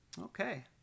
okay